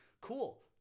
cool